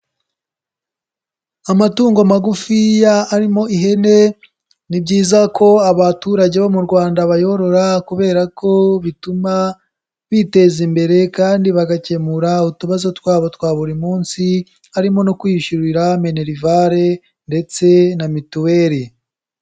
Amatungo magufiya arimo ihene ni byiza ko abaturage bo mu Rwanda bayorora kubera ko bituma biteza imbere kandi bagakemura utubazo twabo twa buri munsi, harimo no kwiyishyurira menerivare ndetse na mituweri.